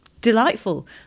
delightful